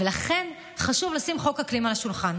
ולכן חשוב לשים חוק אקלים על השולחן.